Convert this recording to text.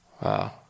Wow